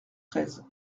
treize